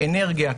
אנרגיה,